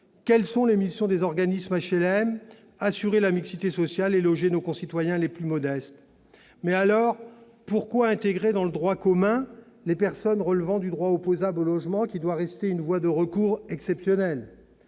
Quelles sont les missions des organismes d'HLM ? Assurer la mixité sociale et loger nos concitoyens les plus modestes. Pourquoi alors intégrer dans le droit commun les personnes relevant du droit opposable au logement, qui doit rester une voie de recours exceptionnelle ?